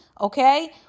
Okay